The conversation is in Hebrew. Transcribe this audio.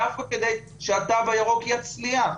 דווקא כדי שהתו הירוק יצליח,